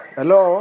Hello